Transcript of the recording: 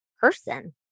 person